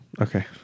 Okay